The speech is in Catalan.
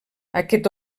aquest